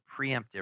preemptive